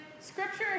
scripture